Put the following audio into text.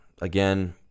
Again